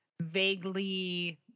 vaguely